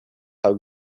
how